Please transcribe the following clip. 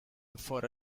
before